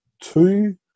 two